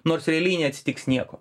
nors realiai neatsitiks nieko